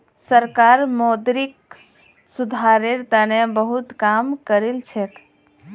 सरकार मौद्रिक सुधारेर तने बहुत काम करिलछेक